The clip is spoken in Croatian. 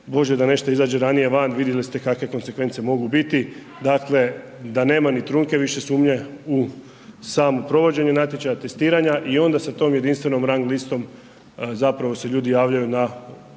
bože da nešto izađe ranije van, vidjeli ste kakve konzekvence mogu biti, dakle da nema ni trunke više sumnje u samo provođenje natječaja, testiranja i onda sa tom jedinstvenom rang listom zapravo se ljudi javljaju na